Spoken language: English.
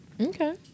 okay